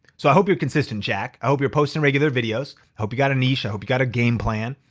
so i hope you're consistent, jack. i hope you're posting regular videos. i hope you got a niche. i hope you got a game plan.